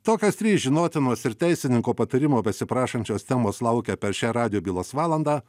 tokios trys žinotinos ir teisininko patarimo besiprašančios temos laukia per šią radijo bylos valandą